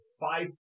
five